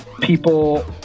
people